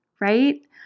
right